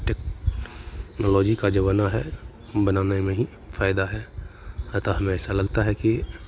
technology का जमाना है बनाने में ही फायदा है अतः हमें ऐसा लगता है कि